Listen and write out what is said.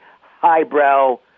highbrow